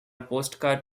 postcard